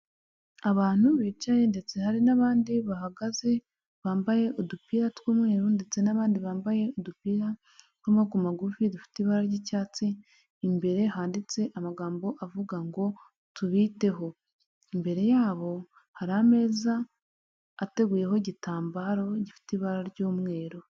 Abantu bicaye ndetse hari n'abandi bahagaze bambaye udupira tw'umweru, ndetse n'abandi bambaye udupira tw'amaboko magufi dufite ibara ry'icyatsi, imbere handitse amagambo avuga ngo tubiteho, imbere yabo hari ameza ateguyeho igitambaro gifite ibara ry'umweru.